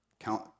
count